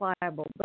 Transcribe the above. pliable